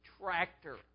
tractor